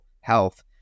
health